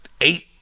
eight